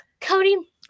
Cody